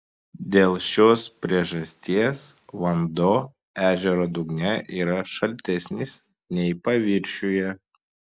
dėl šios priežasties vanduo ežero dugne yra šaltesnis nei paviršiuje